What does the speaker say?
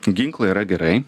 ginklai yra gerai